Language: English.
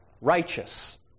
righteous